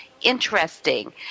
interesting